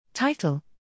Title